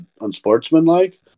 unsportsmanlike